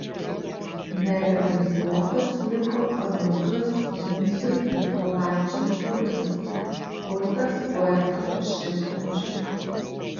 nerealizuotas liko paminklas vincui mykolaičiui putinui kurtas poeto šimtmečiui